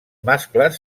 mascles